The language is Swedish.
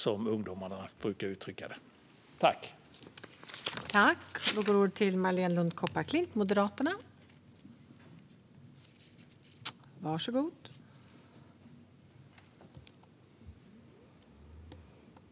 Som ungdomarna brukar uttrycka det: Bara lös det!